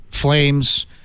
flames